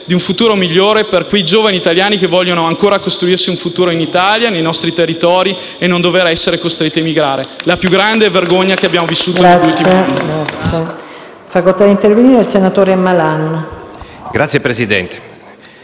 di un futuro migliore per quei giovani italiani che vogliono ancora costruirsi un futuro in Italia, nei nostri territori, e non essere costretti a emigrare, la più grande vergogna che abbiamo vissuto negli ultimi anni.